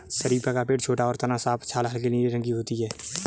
शरीफ़ा का पेड़ छोटा और तना साफ छाल हल्के नीले रंग की होती है